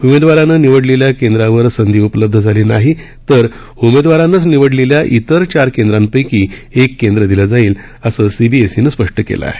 उमेदवारानं निवडलेल्या केंद्रावर संधी उपलब्ध झाली नाही तर उमेदवारानंच निवडलेल्या इतर चार केंद्रांपैकी एक केंद्र दिलं जाईल असं सीबीएसईनं स्पष्ट केलं आहे